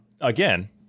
again